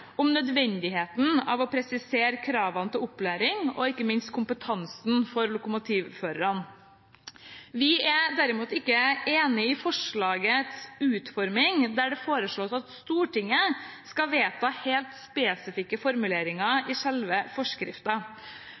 om nødvendigheten av å presisere kravene til opplæring og ikke minst kompetanse for lokomotivførere. Vi er derimot ikke enig i forslagets utforming, der det foreslås at Stortinget skal vedta helt spesifikke formuleringer i selve